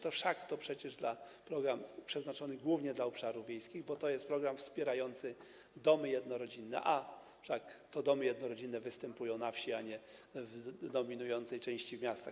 To przecież program przeznaczony głównie dla obszarów wiejskich, bo to jest program wspierający domy jednorodzinne, a wszak domy jednorodzinne występują na wsi, a nie w dominującej części miast.